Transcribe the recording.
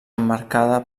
emmarcada